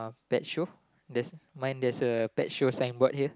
bed show that's mine that's a bed show sign board here